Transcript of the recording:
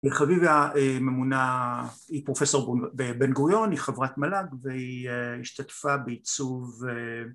חביבה ממונה היא פרופ' בן גוריון היא חברת מל"ג והיא השתתפה בעיצוב